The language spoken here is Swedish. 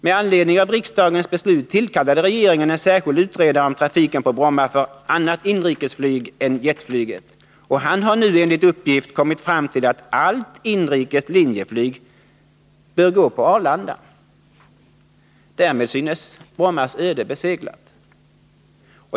Med anledning av riksdagens beslut tillkallade regeringen en särskild utredare om trafiken på Bromma när det gäller annat inrikesflyg än jetflyget, och han har nu enligt uppgift kommit fram till att allt inrikes linjeflyg bör gå på Arlanda. Därmed synes Brommas öde beseglat.